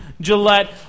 Gillette